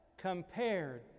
compared